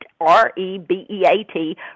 R-E-B-E-A-T